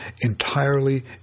entirely